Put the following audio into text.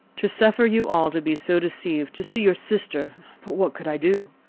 to suffer you all to be so deceived to see your sister but what could i do?